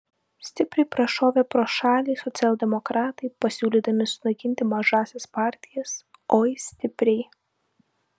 stipriai prašovė pro šalį socialdemokratai pasiūlydami sunaikinti mažąsias partijas oi stipriai